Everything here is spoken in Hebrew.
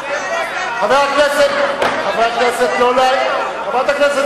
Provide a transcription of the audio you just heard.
חברי הכנסת, חברת הכנסת זוארץ,